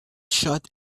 shut